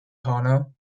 honour